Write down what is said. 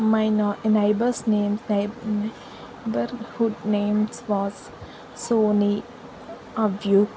my neighbours names neighbour neighbourhood names was Soni అబ్యుత్